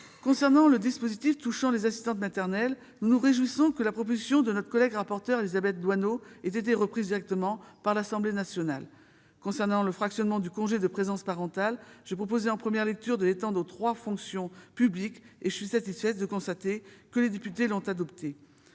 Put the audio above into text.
Concernant le dispositif relatif aux assistantes maternelles, nous nous réjouissons que la proposition de notre collègue rapporteur Élisabeth Doineau ait été reprise purement et simplement par l'Assemblée nationale. Concernant le fractionnement du congé de présence parental, j'avais proposé en première lecture de l'étendre aux trois fonctions publiques. Je me félicite que les députés aient adopté